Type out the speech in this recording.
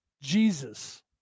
Jesus